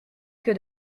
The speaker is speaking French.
que